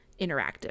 interactive